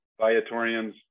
Viatorians